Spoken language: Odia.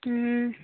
ହୁଁ